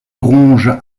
ronge